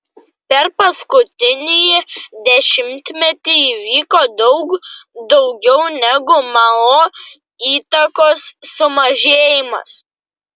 per paskutinįjį dešimtmetį įvyko daug daugiau negu mao įtakos sumažėjimas